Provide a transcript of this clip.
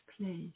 place